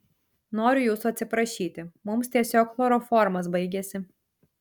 noriu jūsų atsiprašyti mums tiesiog chloroformas baigėsi